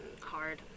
hard